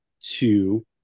two